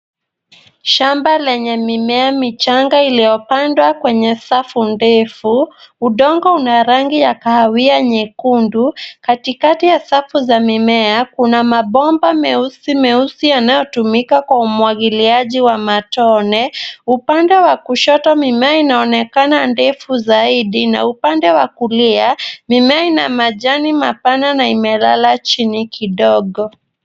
Shamba lenye mimea michanga iliyopandwa kwenye safu ndefu. Udongo una rangi ya kahawia nyekundu. Katikati ya safu za mimea, kuna mabomba meusi meusi yanayotumika kwa umwagiliaji wa matone. Upande wa kushoto, mimea inaonekana ndefu zaidi na upande wa kulia, mimea ina majani mapana na imelala chini kidogo.